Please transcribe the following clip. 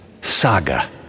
saga